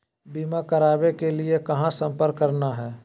बीमा करावे के लिए कहा संपर्क करना है?